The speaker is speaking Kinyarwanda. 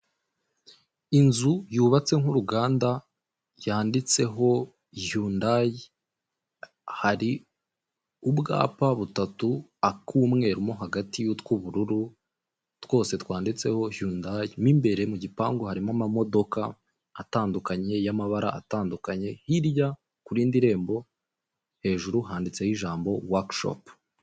Inzu yubatse nk'uruganda yanditseho yundayi. Hari ubwapa butatu ak'umweru mo hagati y'utw'ubururu, twose twanditseho yundayi. Mu imbere mu gipangu harimo amamodoka atandukanye y'amabara atandukanye. Hirya ku rindi rembo hejuru handitseho ijambo work shop.